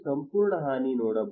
ಸಂಪೂರ್ಣ ಹಾನಿ ನೋಡಬಹುದು